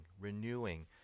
renewing